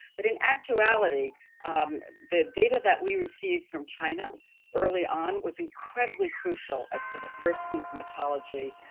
but in actuality the data that we received from china early on was incredibly crucial as to the first symptomatology,